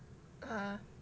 (uh huh)